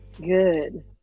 Good